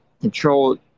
control